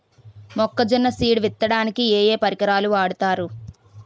మొక్కజొన్న సీడ్ విత్తడానికి ఏ ఏ పరికరాలు వాడతారు?